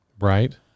Right